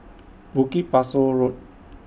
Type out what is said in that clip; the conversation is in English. Bukit Pasoh Road